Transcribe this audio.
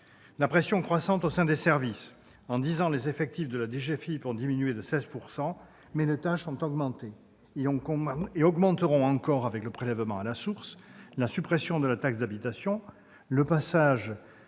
la pression croissante au sein des services. En dix ans, les effectifs de la DGFiP ont diminué de 16 %, mais les tâches ont augmenté, et elles augmenteront encore avec le prélèvement à la source, la suppression de la taxe d'habitation, la mise en place du prélèvement